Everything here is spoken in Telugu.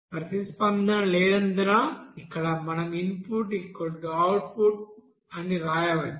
ప్రతిస్పందన లేనందున ఇక్కడ మనం ఇన్పుట్ అవుట్పుట్ అని వ్రాయవచ్చు